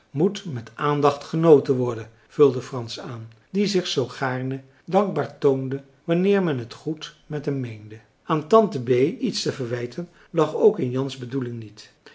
moet met aandacht genoten worden vulde frans aan die zich zoo gaarne dankbaar toonde wanneer men het goed met hem meende aan tante bee iets te verwijten lag ook in jans bedoeling niet